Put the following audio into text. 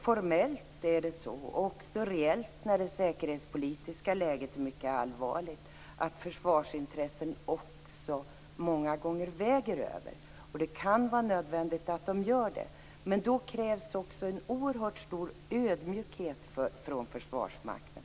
Formellt - och även reellt när det säkerhetspolitiska läget är mycket allvarligt - är det så att försvarsintressen många gånger väger över. Det kan vara nödvändigt att de gör det, men då krävs också en oerhört stor ödmjukhet från Försvarsmakten.